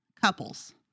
couples